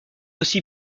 aussi